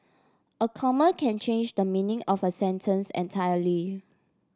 a comma can change the meaning of a sentence entirely